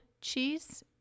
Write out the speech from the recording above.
cheese